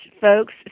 folks